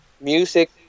music